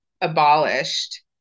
abolished